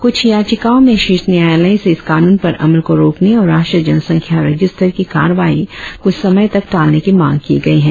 कुछ याचिकाओं में शीर्ष न्यायालय से इस कानून पर अमल को रोकने और राष्ट्रीय जनसंख्या रजिस्टर की कार्यवाही कुछ समय तक टालने की मांग की गई है